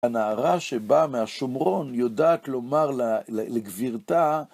הנערה שבאה מהשומרון יודעת לומר לגבירתה